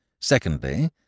Secondly